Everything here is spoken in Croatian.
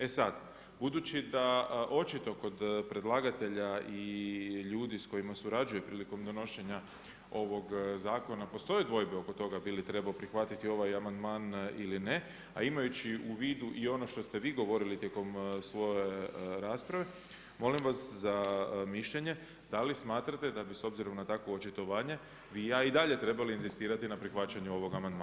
E sad, budući da očito kod predlagatelja i ljudi s kojima surađuje prilikom donošenja ovog zakona postoje dvojbe oko toga bi li trebao prihvatiti ovaj amandman ili ne a imajući u vidu i ono što ste vi govorili tijekom sve rasprave molim vas za mišljenje da li smatrate da bi s obzirom na takvo očitovanje … i ja i dalje trebali inzistirati na prihvaćanju ovoga amandmana.